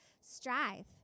strive